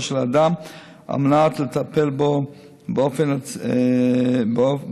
של אדם על מנת לטפל בו באופן האידיאלי.